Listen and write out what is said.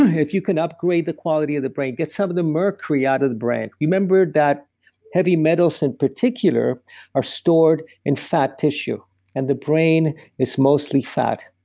if you can upgrade the quality of the brain. get some of the mercury out of the brand. remember that heavy metals in particular are stored in fat tissue and the brain is mostly fat.